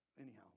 anyhow